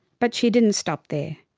but she didn't stop there.